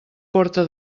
porta